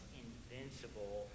invincible